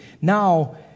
Now